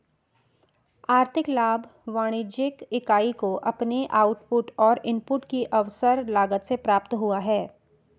आर्थिक लाभ वाणिज्यिक इकाई को अपने आउटपुट और इनपुट की अवसर लागत से प्राप्त हुआ है